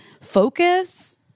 focus